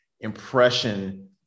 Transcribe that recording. impression